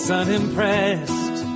unimpressed